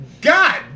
God